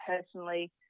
personally